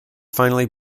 finally